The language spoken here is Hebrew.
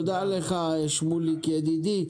תודה לך, שמוליק ידידי.